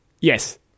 Yes